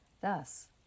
Thus